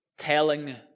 telling